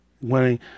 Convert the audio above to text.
winning